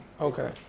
Okay